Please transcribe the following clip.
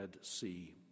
see